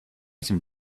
some